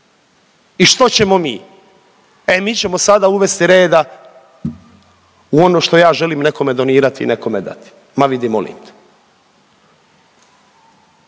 i što ćemo mi? E mi ćemo sada uvesti reda u ono što ja želim nekom donirati i nekome dati. Ma vidi, molim te.